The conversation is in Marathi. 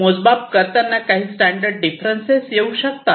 मोजमाप करताना काही स्टॅंडर्ड डिफरेन्स येऊ शकतात